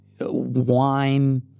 wine